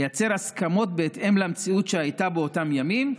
לייצר הסכמות בהתאם למציאות שהייתה באותם ימים,